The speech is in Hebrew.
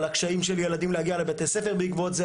על הקשיים של ילדים להגיע לבתי-ספר בעקבות זה,